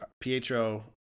Pietro